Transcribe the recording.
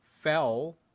fell